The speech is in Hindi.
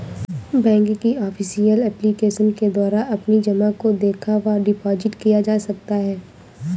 बैंक की ऑफिशियल एप्लीकेशन के द्वारा अपनी जमा को देखा व डिपॉजिट किए जा सकते हैं